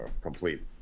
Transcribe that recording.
complete